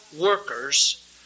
workers